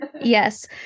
Yes